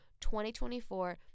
2024